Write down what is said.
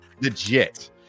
legit